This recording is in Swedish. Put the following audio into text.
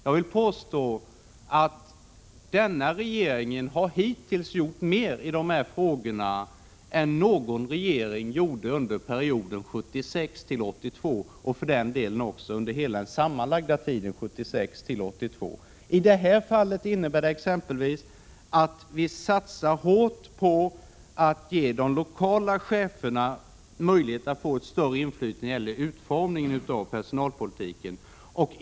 Jag vill påstå att denna regering hittills har åstadkommit mer i denna fråga än någon annan regering under perioden 1976-1982. I detta fall innebär det exempelvis att vi satsar hårt på att ge de lokala cheferna möjlighet att få ett större inflytande när det gäller utformningen av personalpolitiken.